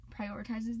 prioritizes